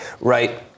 right